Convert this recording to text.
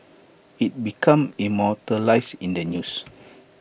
IT becomes immortalised in the news